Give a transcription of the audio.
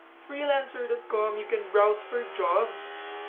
freelancer dot com you can browse for jobs,